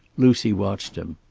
lucy watched him.